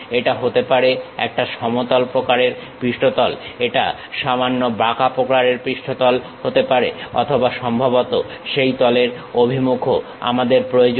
এটা হতে পারে একটা সমতল প্রকারের পৃষ্ঠতল এটা সামান্য বাঁকা প্রকারের পৃষ্ঠতল হতে পারে অথবা সম্ভবত সেই তলের অভিমুখও আমাদের প্রয়োজন